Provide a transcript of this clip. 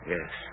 Yes